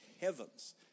heavens